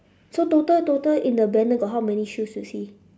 so total total in the banner got how many shoes you see